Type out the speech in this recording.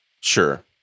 Sure